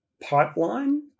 pipeline